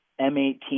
M18